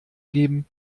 geben